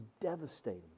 devastating